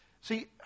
See